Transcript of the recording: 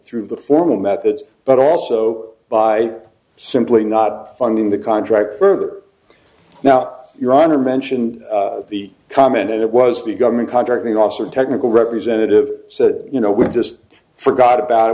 through the formal methods but also by simply not funding the contract further now your honor mentioned the comment it was the government contracting officer technical representative said you know we just forgot about it